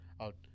out